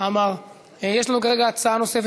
היו"ר בצלאל סמוטריץ: יש לנו כרגע הצעה נוספת,